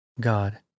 God